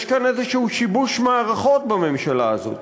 יש כאן איזשהו שיבוש מערכות בממשלה הזאת: